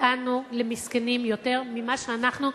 אותנו למסכנים יותר ממה שאנחנו,